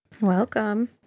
Welcome